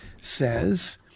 says